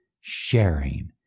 sharing